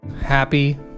Happy